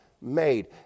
made